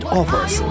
offers